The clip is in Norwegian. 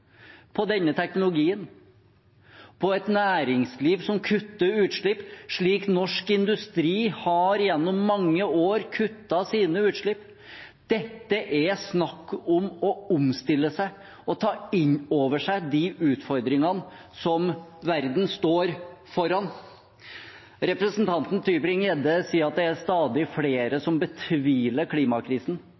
denne teknologien i et næringsliv som kutter utslipp, slik norsk industri gjennom mange år har kuttet sine utslipp. Dette er snakk om å omstille seg og ta inn over seg de utfordringene som verden står foran. Representanten Tybring-Gjedde sier at det er stadig flere som betviler klimakrisen.